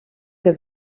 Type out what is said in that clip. que